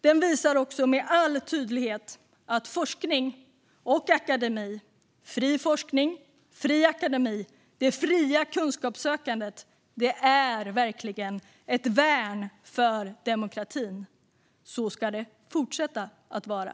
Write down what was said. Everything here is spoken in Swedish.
Den visar också med all tydlighet att forskning och akademi - fri forskning och fri akademi - och att det fria kunskapssökandet verkligen är ett värn för demokratin. Så ska det fortsätta att vara.